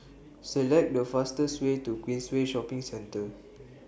Select The fastest Way to Queensway Shopping Centre